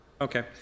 Okay